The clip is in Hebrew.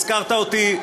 הזכרת אותי.